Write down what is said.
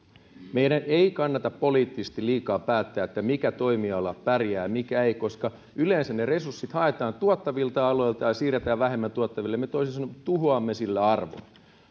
meidän ei kannata poliittisesti liikaa päättää mikä toimiala pärjää ja mikä ei koska yleensä ne resurssit haetaan tuottavilta aloilta ja siirretään vähemmän tuottaville me toisin sanoen tuhoamme sillä arvoa